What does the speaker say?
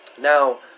Now